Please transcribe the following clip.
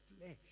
flesh